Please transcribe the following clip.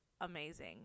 amazing